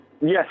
Yes